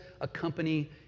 accompany